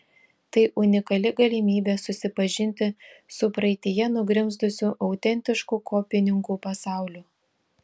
tai unikali galimybė susipažinti su praeityje nugrimzdusiu autentišku kopininkų pasauliu